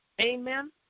Amen